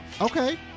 Okay